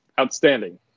Outstanding